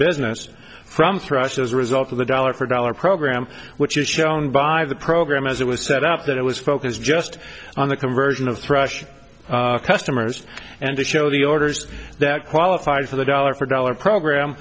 business from through us as a result of the dollar for dollar program which is shown by the program as it was set up that it was focused just on the conversion of thrush customers and to show the orders that qualify for the dollar for dollar program